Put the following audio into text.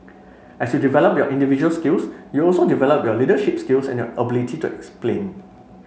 as you develop your individual skills you also develop your leadership skills and your ability to explain